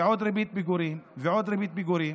ועוד ריבית פיגורים, ועוד ריבית פיגורים.